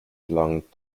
belonged